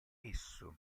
esso